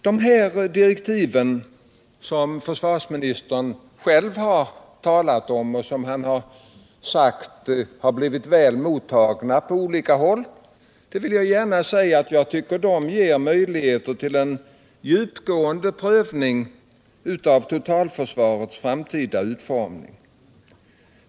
De direktiv som försvarsministern själv har talat om och som han sagt blivit väl mottagna på olika håll tycker jag — det vill jag gärna säga — ger möjligheter till en djupgående prövning av totalförsvarets framtida utformning.